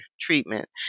treatment